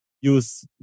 use